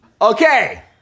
Okay